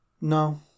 No